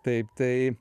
taip tai